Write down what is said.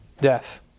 death